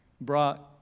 brought